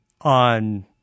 on